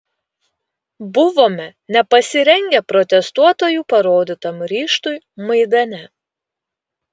buvome nepasirengę protestuotojų parodytam ryžtui maidane